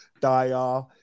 Dyer